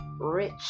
rich